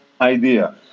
idea